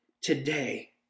today